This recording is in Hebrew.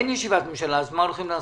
אז מה הולכים לעשות?